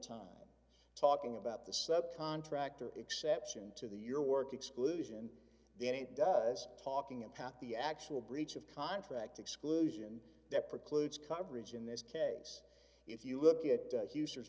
time talking about the sub contractor exception to the your work exclusion then it does talking about the actual breach of contract exclusion that precludes coverage in this case if you look at hugh se